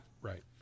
Right